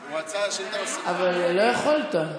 הוא רצה, אבל לא יכולת.